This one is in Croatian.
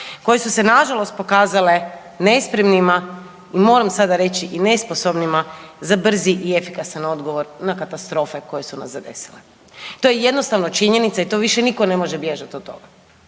koje su se nažalost pokazale nespremnima i moram sada reći i nesposobnima za brzi i efikasan odgovor na katastrofe koje su nas zadesile. To je jednostavno činjenica i to više nitko ne može bježati od toga.